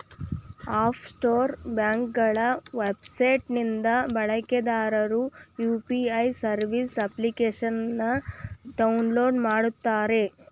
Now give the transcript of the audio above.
app Store ಬ್ಯಾಂಕ್ಗಳ website ನಿಂದ ಬಳಕೆದಾರರು ಯು.ಪಿ.ಐ ಸರ್ವಿಸ್ ಅಪ್ಲಿಕೇಶನ್ನ ಡೌನ್ಲೋಡ್ ಮಾಡುತ್ತಾರೆ